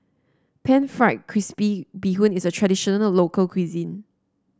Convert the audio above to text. pan fried crispy Bee Hoon is a traditional local cuisine